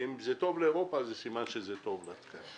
אם זה טוב לאירופה אז סימן שזה טוב לנו.